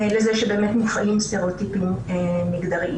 לזה שבאמת מופעלים סטריאוטיפים מגדריים.